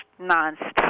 nonstop